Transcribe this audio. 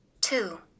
Two